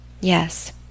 Yes